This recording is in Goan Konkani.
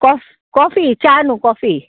कॉफ कॉफी च्या न्हू कॉफी